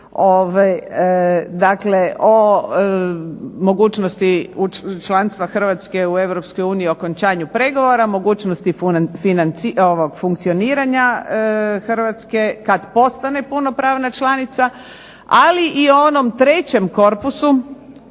Dakle, o mogućnosti članstva Hrvatske u EU i okončanju pregovora, mogućnosti funkcioniranja Hrvatske kad postane punopravna članica, ali i onom trećem korpusu,